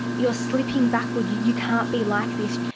you're slipping backward, you you can't be like this.